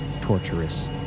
torturous